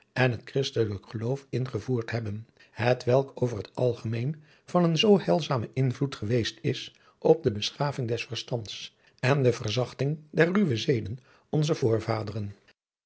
en het christelijk geloof ingevoerd hebben hetwelk over het algemeen van een zoo heilzamen invloed geweest is op de beschaving des verstands en de verzachting der ruwe zeden